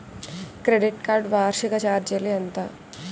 Credit card వార్షిక ఛార్జీలు ఎంత?